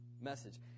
message